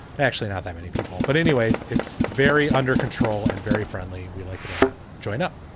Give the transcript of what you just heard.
actually not that many people. but anyways, it's very under control and very friendly. we like it a lot. join up.